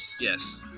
yes